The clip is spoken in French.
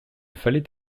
fallait